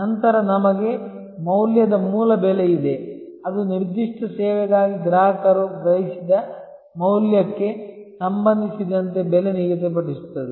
ನಂತರ ನಮಗೆ ಮೌಲ್ಯದ ಮೂಲ ಬೆಲೆ ಇದೆ ಅದು ನಿರ್ದಿಷ್ಟ ಸೇವೆಗಾಗಿ ಗ್ರಾಹಕರು ಗ್ರಹಿಸಿದ ಮೌಲ್ಯಕ್ಕೆ ಸಂಬಂಧಿಸಿದಂತೆ ಬೆಲೆ ನಿಗದಿಪಡಿಸುತ್ತದೆ